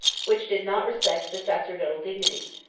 which did not respect the sacerdotal dignity,